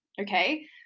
okay